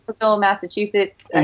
Massachusetts